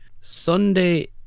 Sunday